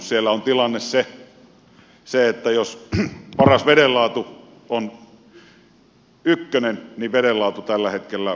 siellä on tilanne se että jos paras veden laatu on ykkönen niin veden laatu tällä hetkellä on vitosta